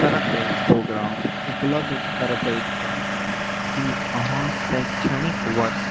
स्तरक प्रोग्राम उपलब्ध करबैत हो की अहाँ शैक्षणिक वर्ष